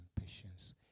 patience